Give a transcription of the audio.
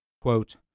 quote